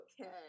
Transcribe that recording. okay